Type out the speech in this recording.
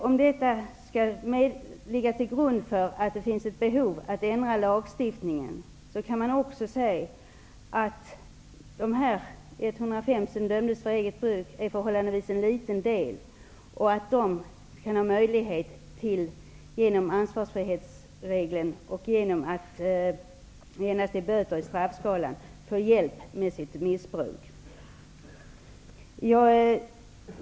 Om detta skall ligga till grund för att det skulle finnas behov av att ändra lagstiftningen, kan man också säga att de 105 som dömdes för egen del utgör en förhållandevis liten andel. Genom ansvarsfrihetsregeln och genom att man ändrar till böter i straffskalan kan de få hjälp med sitt missbruk.